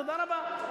תודה רבה,